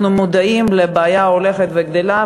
אנחנו מודעים לבעיה ההולכת וגדלה,